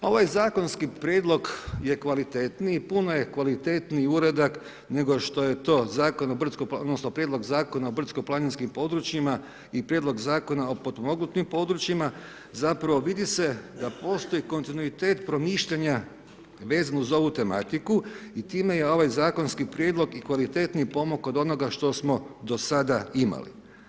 Ovaj zakonski prijedlog je kvalitetniji, puno je kvalitetniji uradak nego što je to Prijedlog Zakon o brdsko-planinskim područjima i Prijedlog Zakona o potpomognutim područjima, zapravo vidi se da postoji kontinuitet promišljanja vezano uz ovu tematiku i time je ovaj zakonski prijedlog i kvalitetniji pomak od onoga što smo do sada imali.